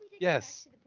Yes